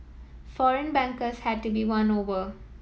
foreign bankers had to be won over